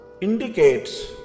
indicates